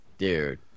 Dude